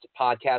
podcast